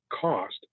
cost